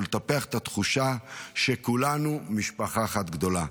ולטפח את התחושה שכולנו משפחה אחת גדולה.